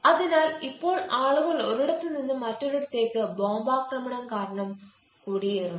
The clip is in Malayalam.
അതിനാൽ ഇപ്പോൾ ആളുകൾ ഒരിടത്തുനിന്ന് മറ്റൊരിടത്തേക്ക് ബോംബാക്രമണം കാരണം കുടിയേറുന്നു